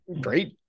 great